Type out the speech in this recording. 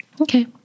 Okay